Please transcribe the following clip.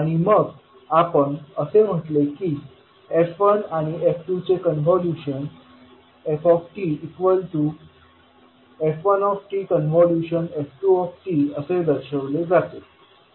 आणि मग आपण असे म्हटले की f1आणि f2चे कॉन्व्होल्यूशन ftf1tf2t असे दर्शविले जाते